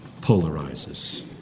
polarizes